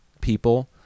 people